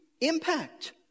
impact